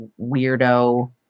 weirdo